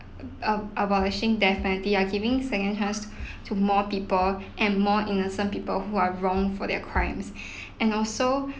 err abolishing death penalty you are giving second chance to more people and more innocent people who are wronged for their crimes and also